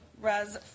Res